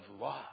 love